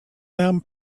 them